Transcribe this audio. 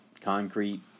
concrete